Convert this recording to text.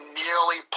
nearly